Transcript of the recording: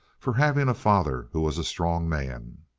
for having a father who was a strong man.